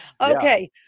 Okay